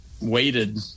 waited